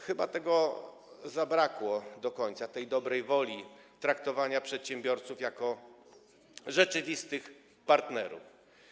Chyba tego zabrakło do końca, tej dobrej woli, by traktować przedsiębiorców jak rzeczywistych partnerów.